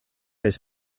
his